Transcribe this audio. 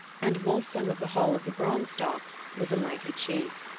and volsung of the hall of the branstock was a mighty chief.